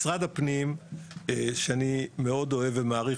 משרד הפנים שאני מאוד אוהב ומעריך,